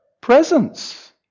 presence